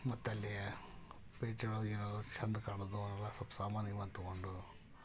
ಮತ್ತೆ ಅಲ್ಲಿ ಪೇಟೆಯೊಳಗಿರೋ ಚೆಂದ ಕಾಣೋದು ಅವೆಲ್ಲ ಸ್ವಲ್ಪ ಸಾಮಾನು ಗೀಮಾನು ತಗೊಂಡು